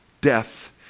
death